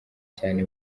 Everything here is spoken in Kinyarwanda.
cyane